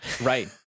Right